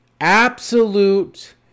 absolute